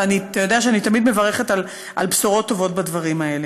ואתה יודע שאני תמיד מברכת על בשורות טובות בדברים האלה.